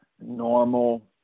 normal